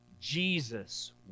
Jesus